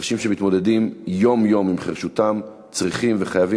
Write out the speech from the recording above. החירשים שמתמודדים יום-יום עם חירשותם צריכים וחייבים